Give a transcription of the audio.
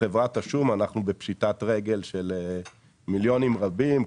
בחברת השום אנחנו בפשיטת רגל של מיליונים רבים,